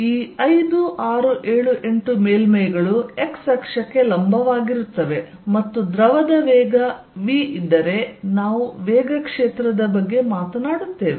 ಈ 5 6 7 8 ಮೇಲ್ಮೈಗಳು x ಅಕ್ಷಕ್ಕೆ ಲಂಬವಾಗಿರುತ್ತವೆ ಮತ್ತು ದ್ರವದ ವೇಗ v ಇದ್ದರೆ ನಾವು ವೇಗ ಕ್ಷೇತ್ರದ ಬಗ್ಗೆ ಮಾತನಾಡುತ್ತೇವೆ